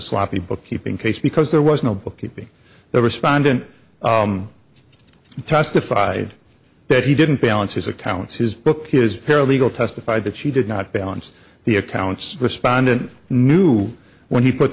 sloppy bookkeeping case because there was no bookkeeping the respondent testified that he didn't balance his accounts his book his paralegal testified that she did not balance the accounts respondent knew when he put